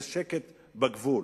יש שקט בגבול.